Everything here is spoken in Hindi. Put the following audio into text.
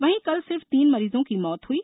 वहीं कल सिर्फ तीन मरीजों की मौत हुई